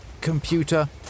computer